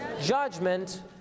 Judgment